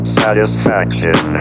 satisfaction